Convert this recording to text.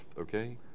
Okay